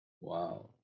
Wow